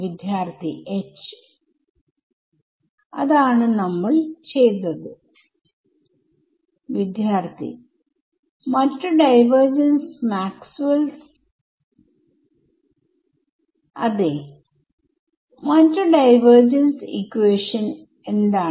വിദ്യാർത്ഥി H അതാണ് നമ്മൾ ചെയ്തത് വിദ്യാർത്ഥി Refer time 1949മറ്റു ഡൈവർജൻസ് മാക്സ്വെൽസ് divergence Maxwells അതേ മറ്റു ഡൈവർജൻസ് ഇക്വേഷൻ എന്താണ്